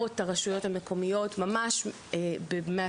את הרשויות המקומיות לסוגייה ממש מהשטח,